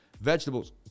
vegetables